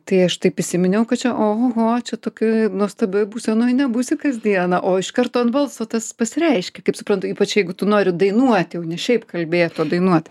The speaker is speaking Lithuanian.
tai aš taip įsiminiau kad čia ohoho čia tokioj nuostabioj būsenoj nebūsi kasdieną o iš karto ant balso tas pasireiškia kaip suprantu ypač jeigu tu nori dainuot jau ne šiaip kalbėt o dainuot